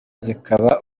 zikaba